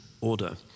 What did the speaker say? order